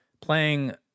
Playing